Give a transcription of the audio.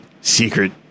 secret